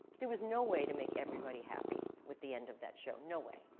there was no way to make everybody happy with the end of that show. no way.